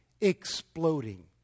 exploding